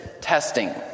testing